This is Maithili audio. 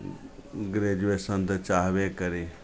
ग्रेजुएशन तऽ चाहबे करी